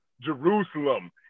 Jerusalem